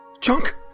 Chunk